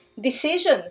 decision